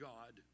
God